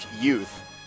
youth